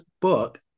book